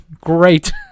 Great